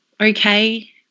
okay